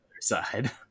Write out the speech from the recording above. side